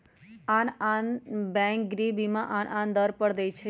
आन आन बैंक गृह बीमा आन आन दर पर दइ छै